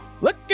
Look